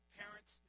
parents